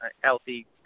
healthy